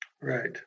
Right